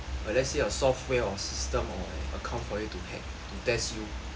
uh let's say a software or system or account for you to hack to test you